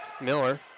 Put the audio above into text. Miller